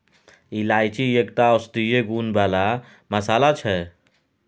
इलायची एकटा औषधीय गुण बला मसल्ला छै